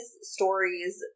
stories